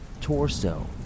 torso